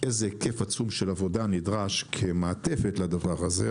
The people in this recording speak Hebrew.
איזה היקף עצום של עבודה נדרש כמעטפת לדבר הזה,